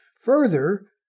Further